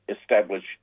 establish